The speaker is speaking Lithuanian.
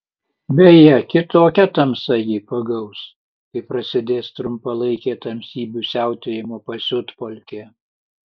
beje kitokia tamsa jį pagaus kai prasidės trumpalaikė tamsybių siautėjimo pasiutpolkė